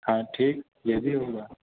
ہاں ٹھیک یہ بھی ہوگا